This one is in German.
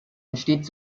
entsteht